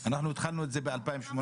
אנחנו התחלנו את זה ב-2018